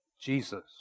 Jesus